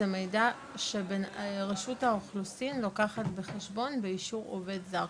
זה מידע שרשות האוכלוסין לוקחת בחשבון לאישור עובד זר.